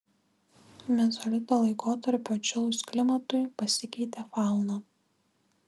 mezolito laikotarpiu atšilus klimatui pasikeitė fauna